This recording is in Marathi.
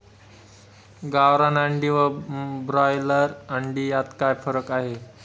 गावरान अंडी व ब्रॉयलर अंडी यात काय फरक आहे?